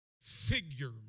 figure